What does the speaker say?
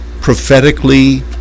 prophetically